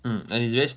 mm and it's just